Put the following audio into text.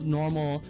normal